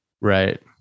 right